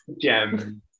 gem